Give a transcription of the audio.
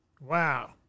Wow